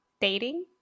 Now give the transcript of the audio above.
dating